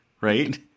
right